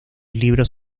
libros